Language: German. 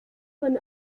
von